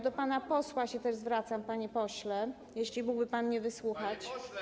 Do pana posła też się zwracam, panie pośle, jeśli mógłby pan mnie wysłuchać.